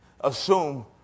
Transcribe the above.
assume